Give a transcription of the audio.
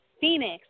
Phoenix